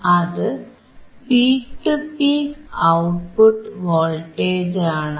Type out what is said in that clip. അത് peak to peak output voltage ആണ്